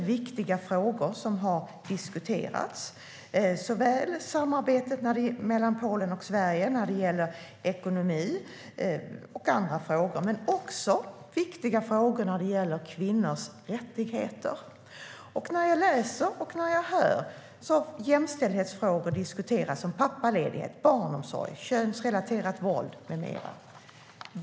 Man diskuterade flera viktiga frågor om samarbetet mellan Polen och Sverige inom ekonomi och andra frågor, men också viktiga frågor om kvinnors rättigheter. Utrikesministern säger i sitt svar att Sverige och Polen har diskuterat jämställdhetsfrågor som pappaledighet, barnomsorg, könsrelaterat våld med mera.